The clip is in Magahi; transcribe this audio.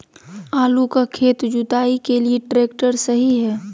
आलू का खेत जुताई के लिए ट्रैक्टर सही है?